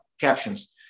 captions